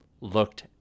looked